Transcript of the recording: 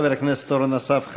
חבר הכנסת אורן אסף חזן,